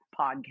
podcast